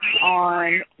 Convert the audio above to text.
on